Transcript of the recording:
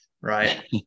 right